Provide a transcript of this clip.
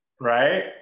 Right